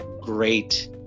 great